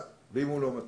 ואם הוא לא מצא?